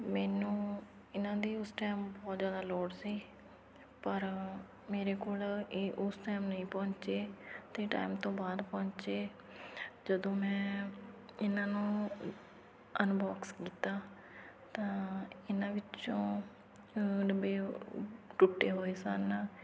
ਮੈਨੂੰ ਇਹਨਾਂ ਦੀ ਉਸ ਟਾਈਮ ਬਹੁਤ ਜ਼ਿਆਦਾ ਲੋੜ ਸੀ ਪਰ ਮੇਰੇ ਕੋਲ ਇਹ ਉਸ ਟਾਈਮ ਨਹੀਂ ਪਹੁੰਚੇ ਅਤੇ ਟਾਈਮ ਤੋਂ ਬਾਅਦ ਪਹੁੰਚੇ ਜਦੋਂ ਮੈਂ ਇਹਨਾਂ ਨੂੰ ਅਨਬੋਕਸ ਕੀਤਾ ਤਾਂ ਇਹਨਾਂ ਵਿੱਚੋਂ ਡੱਬੇ ਟੁੱਟੇ ਹੋਏ ਸਨ